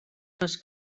les